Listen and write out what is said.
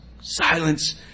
silence